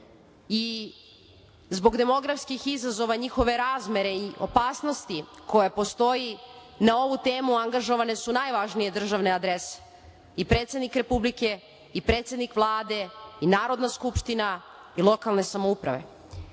Zbog demografskih izazova, njihove razmere i opasnosti koja postoji, na ovu temu angažovane su najvažnije državne adrese, i predsednik Republike, i predsednik Vlade i Narodna skupština i lokalne samouprave.